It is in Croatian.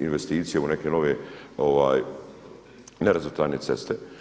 investicije u neke nove nerazvrstane ceste.